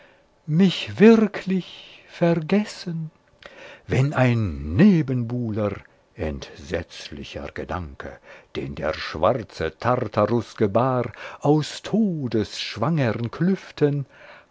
mich wirklich vergessen wenn ein nebenbuhler entsetzlicher gedanke den der schwarze tartarus gebar aus todesschwangern